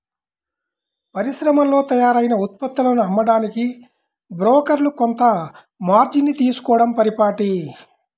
పరిశ్రమల్లో తయారైన ఉత్పత్తులను అమ్మడానికి బ్రోకర్లు కొంత మార్జిన్ ని తీసుకోడం పరిపాటి